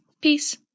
Peace